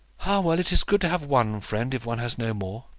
ah, well it is good to have one friend, if one has no more.